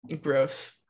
Gross